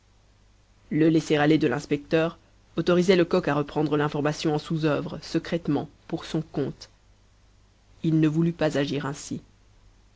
le laisser-aller de l'inspecteur autorisait lecoq à reprendre l'information en sous œuvre secrètement pour son compte il ne voulut pas agir ainsi